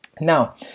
Now